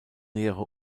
nähere